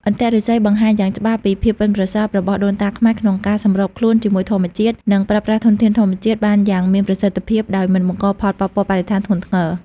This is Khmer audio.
អន្ទាក់ឫស្សីបង្ហាញយ៉ាងច្បាស់ពីភាពប៉ិនប្រសប់របស់ដូនតាខ្មែរក្នុងការសម្របខ្លួនជាមួយធម្មជាតិ និងប្រើប្រាស់ធនធានធម្មជាតិបានយ៉ាងមានប្រសិទ្ធភាព ដោយមិនបង្កផលប៉ះពាល់បរិស្ថានធ្ងន់ធ្ងរ។